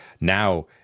now